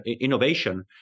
innovation